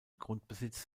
grundbesitz